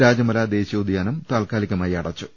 രാജമല ദേശീയോദ്യാനം താൽക്കാലികമായി അട ച്ചു